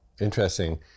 Interesting